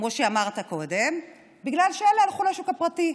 כמו שאמרת קודם, בגלל שאלה הלכו לשוק הפרטי.